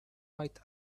might